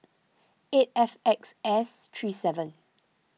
eight F X S three seven